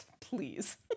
please